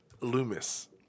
Loomis